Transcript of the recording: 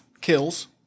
Kills